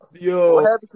yo